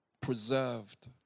preserved